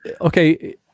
okay